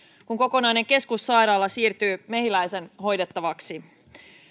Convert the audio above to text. kun kokonainen keskussairaala siirtyy mehiläisen hoidettavaksi